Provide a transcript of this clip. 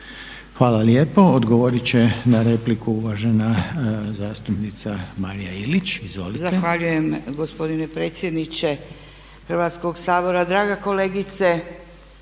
Hvala lijepa. Odgovoriti će na repliku uvažena zastupnica Marija Ilić. Izvolite. **Ilić, Marija (HSU)** Zahvaljujem gospodine predsjedniče Hrvatskoga sabora. Draga kolegice,